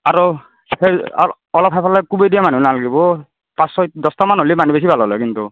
আৰু সেই অল অলপ সেইফালে কোবাই দিয়া মানুহ নালাগিব পাঁচ ছয় দহটামান হ'লে মানুহ বেছি ভাল হ'ল হয় কিন্তু